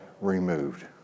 removed